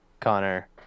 Connor